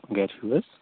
گَرِ چھُو حظ